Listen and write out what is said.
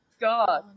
God